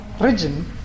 region